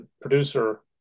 producer